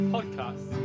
Podcast